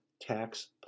tax